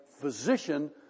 physician